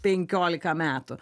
penkiolika metų